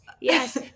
yes